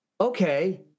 Okay